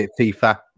FIFA